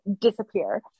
disappear